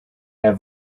have